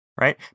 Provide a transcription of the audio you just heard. right